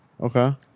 Okay